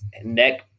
neck